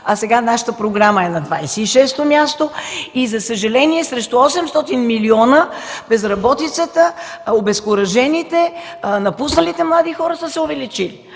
а сега нашата програма е на 26 то място и за съжаление срещу 800 милиона безработицата, обезкуражените, напусналите млади хора са се увеличили.